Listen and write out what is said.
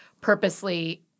purposely—